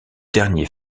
dernier